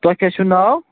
تۄہہِ کیٛاہ چھُ ناو